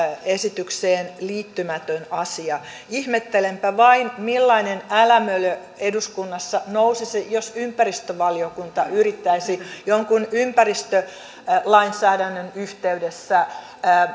esitykseen liittymätön asia ihmettelenpä vain millainen älämölö eduskunnassa nousisi jos ympäristövaliokunta yrittäisi jonkun ympäristölainsäädännön yhteydessä